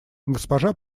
госпожа